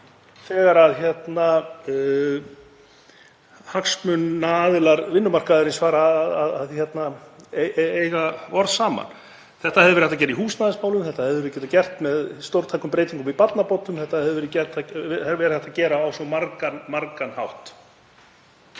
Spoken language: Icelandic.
þegar hagsmunaaðilar vinnumarkaðarins fara að eiga orð saman. Þetta hefði verið hægt að gera í húsnæðismálum, þetta hefðum við getað gert með stórtækum breytingum á barnabótum, þetta hefði verið hægt að gera á svo margan hátt.